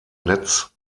netz